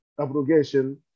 abrogation